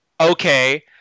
okay